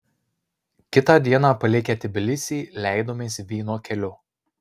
kitą dieną palikę tbilisį leidomės vyno keliu